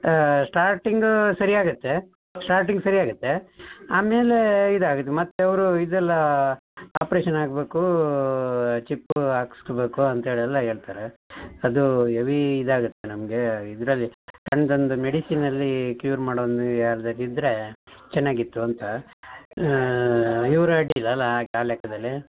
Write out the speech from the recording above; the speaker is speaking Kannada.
ಸ್ಟಾರ್ಟಿಂಗ್ ಸರಿ ಆಗತ್ತೆ ಸ್ಟಾರ್ಟಿಂಗ್ ಸರಿ ಆಗತ್ತೆ ಆಮೇಲೆ ಇದು ಆಗತ್ತೆ ಮತ್ತು ಅವರು ಇದೆಲ್ಲ ಆಪರೇಷನ್ ಆಗಬೇಕು ಚಿಪ್ಪು ಹಾಕ್ಸ್ಕೋಬೇಕು ಅಂತೇಳೆಲ್ಲ ಹೇಳ್ತಾರೆ ಅದು ಹೆವೀ ಇದಾಗತ್ತೆ ನಮಗೆ ಇದರಲ್ಲಿ ತಮ್ದೊಂದು ಮೆಡಿಸಿನಲ್ಲಿ ಕ್ಯೂರ್ ಮಾಡೋ ಒಂದು ಯಾವುದಾದ್ರೂ ಇದ್ದರೆ ಚೆನ್ನಾಗಿತ್ತು ಅಂತ ಇವರಡ್ಡಿಲ್ಲ ಅಲಾ ಆ ಲೆಕ್ಕದಲ್ಲಿ